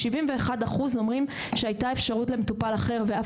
71% אומרים שהייתה אפשרות למטופל אחר ואף